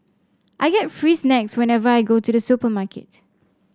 I get free snacks whenever I go to the supermarket